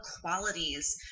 qualities